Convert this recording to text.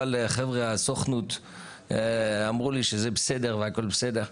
אבל החבר'ה הסוכנות אמרו לי שזה בסדר והכל בסדר.